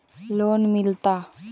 Loan मिलता?